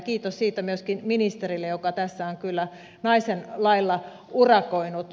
kiitos siitä myöskin ministerille joka tässä on kyllä naisen lailla urakoinut